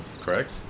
correct